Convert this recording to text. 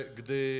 gdy